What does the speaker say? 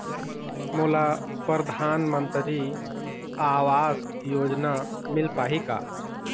मोला परधानमंतरी आवास योजना मिल पाही का?